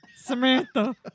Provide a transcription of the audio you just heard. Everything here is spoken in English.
Samantha